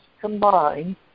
combined